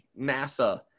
NASA